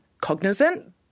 cognizant